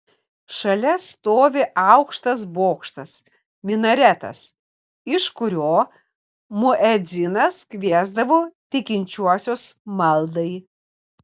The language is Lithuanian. šalia stovi aukštas bokštas minaretas iš kurio muedzinas kviesdavo tikinčiuosius maldai